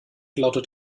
lautet